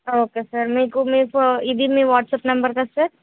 okay sir మీకు మీ ఫో ఇది మీ వాట్సాప్ నంబర్ కదా సార్